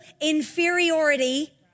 inferiority